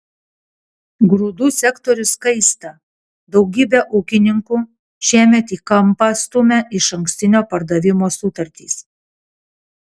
grūdų sektorius kaista daugybę ūkininkų šiemet į kampą stumia išankstinio pardavimo sutartys